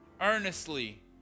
earnestly